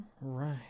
right